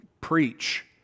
preach